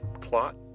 plot